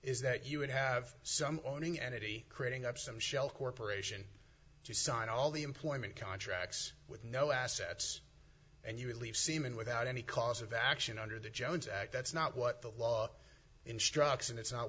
is that you would have some owning entity creating up some shell corporation to sign all the employment contracts with no assets and you would leave semen without any cause of action under the jones act that's not what the law instruct